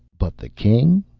but the king.